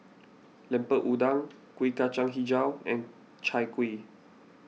Lemper Udang Kuih Kacang HiJau and Chai Kueh